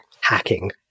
hacking